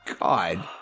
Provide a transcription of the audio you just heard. god